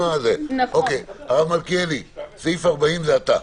הרב מלכיאלי, סעיף 40 זה אתה.